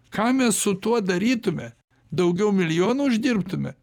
ką mes su tuo darytume daugiau milijonų uždirbtume